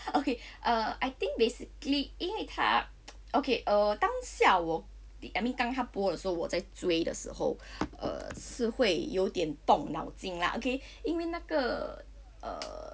okay err I think basically 因为他 okay err 当下我 I mean 当他播的时候我在追的时候 err 是会有点动脑筋 lah okay 因为那个 err